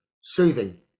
soothing